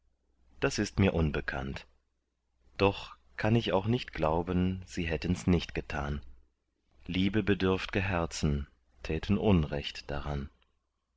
das ist mir unbekannt doch kann ich auch nicht glauben sie hättens nicht getan liebebedürftge herzen täten unrecht daran